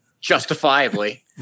Justifiably